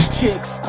chicks